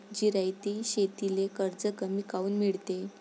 जिरायती शेतीले कर्ज कमी काऊन मिळते?